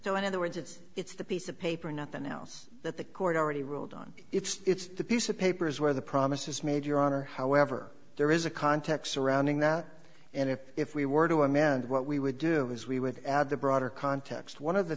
so in other words it's it's the piece of paper nothing else that the court already ruled on it's the piece of paper is where the promises made your honor however there is a context surrounding that and if if we were to amend what we would do is we would add the broader context one of the